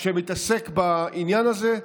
שמתעסק בעניין הזה,